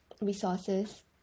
resources